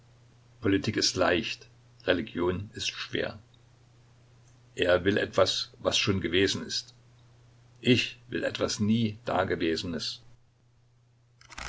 politik ist leicht religion ist schwer er will etwas was schon gewesen ist ich will etwas nie dagewesenes